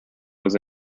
was